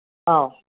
ꯑꯥꯎ